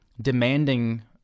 demanding